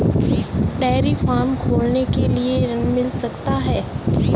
Dairy farm खोलने के लिए ऋण मिल सकता है?